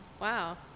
wow